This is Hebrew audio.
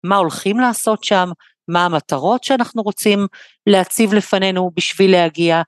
מה הולכים לעשות שם, מה המטרות שאנחנו רוצים להציב לפנינו בשביל להגיע.